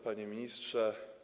Panie Ministrze!